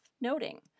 noting